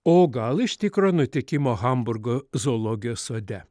o gal iš tikro nutikimo hamburgo zoologijos sode